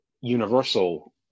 universal